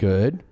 Good